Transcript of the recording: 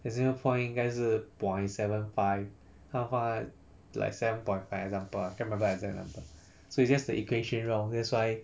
decimal point 应该是 point seven five 他们放 like seven point five example lah can't remember the exact number so it's just the equation wrong that's why